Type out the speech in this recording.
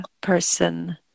person